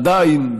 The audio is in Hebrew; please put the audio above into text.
עדיין,